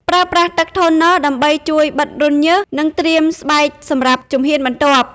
ប្រើប្រាស់ទឹកថូន័រ ដើម្បីជួយបិទរន្ធញើស និងត្រៀមស្បែកសម្រាប់ជំហានបន្ទាប់ ។